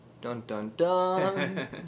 Dun-dun-dun